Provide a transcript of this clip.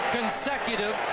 consecutive